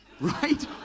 right